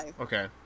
Okay